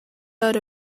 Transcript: heard